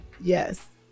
yes